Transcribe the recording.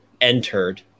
entered